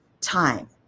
time